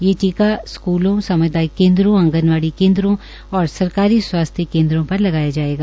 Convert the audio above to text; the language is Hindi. ये टीका स्क्लों सामुदायिक केन्द्रों आंगनवाड़ी केन्दों और सरकारी स्वास्थ्य केन्द्रों पर लगाया जायेगा